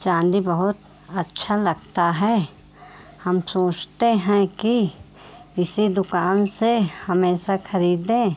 चाँदी बहुत अच्छा लगता है हम सोचते हैं कि इसी दुकान से हमेशा ख़रीदें